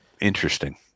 interesting